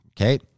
Okay